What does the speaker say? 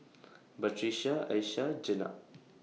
Batrisya Aishah Jenab